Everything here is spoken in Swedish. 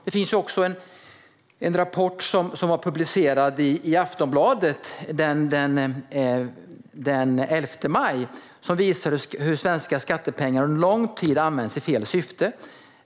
Det finns en rapport som var publicerad i Aftonbladet den 11 maj som visar hur svenska skattepengar under lång tid använts i fel syfte.